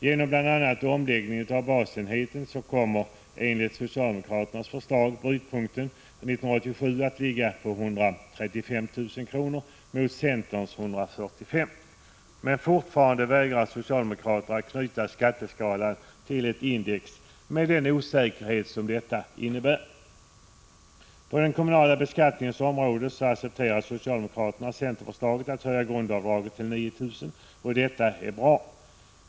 Genom bl.a. omläggning av basenheten kommer enligt socialdemokraternas förslag brytpunkten 1987 att ligga vid 135 000 kr., enligt centerns förslag vid 145 000 kr. Men fortfarande vägrar socialdemokraterna att knyta skatteskalan till ett index, med den osäkerhet som detta innebär. På den kommunala beskattningens område accepterar socialdemokraterna centerförslaget att höja grundavdraget till 9 000 kr., och detta är bra.